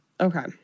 Okay